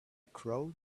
crowd